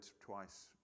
twice